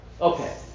Okay